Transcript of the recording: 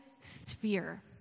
sphere